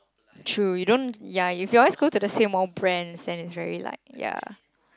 true you don't ya if you always go to the same old brand then it's very like ya